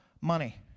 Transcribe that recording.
money